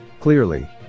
Clearly